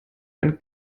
einen